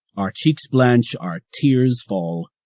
our cheeks blanch our tears fall,